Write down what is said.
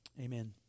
Amen